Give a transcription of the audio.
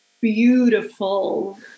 beautiful